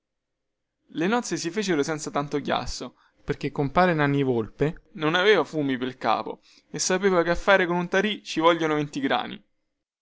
le nozze si fecero senza tanto chiasso perchè compare nanni volpe non aveva fumi pel capo e sapeva che a fare un tarì ci vogliono venti grani